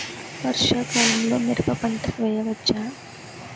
వర్షాకాలంలో మిరప పంట వేయవచ్చా?